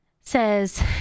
says